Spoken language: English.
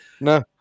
no